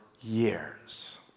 years